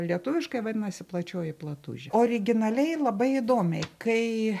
lietuviškai vadinasi plačioji platužė originaliai labai įdomiai kai